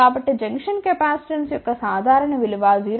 కాబట్టి junction capacitance యొక్క సాధారణ విలువ 0